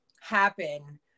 happen –